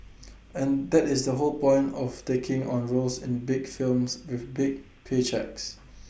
and that is the whole point of taking on roles in big films with big pay cheques